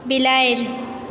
बिलाड़ि